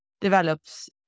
develops